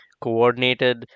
coordinated